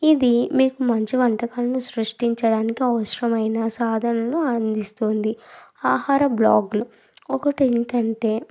ఇది మీకు మంచి వంటకాలను సృష్టించడానికి అవసరమైన సాధనలను అందిస్తుంది ఆహార బ్లాగ్లు ఒకటి ఏంటంటే